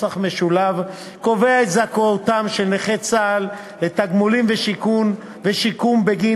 קובע את זכאותם של נכי צה"ל לתגמולים ושיקום בגין